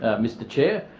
ah mr chairman.